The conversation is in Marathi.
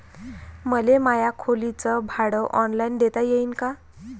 मले माया खोलीच भाड ऑनलाईन देता येईन का?